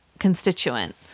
constituent